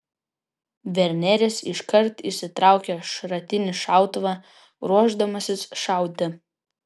verneris iškart išsitraukia šratinį šautuvą ruošdamasis šauti